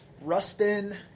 Rustin